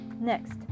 Next